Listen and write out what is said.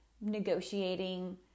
negotiating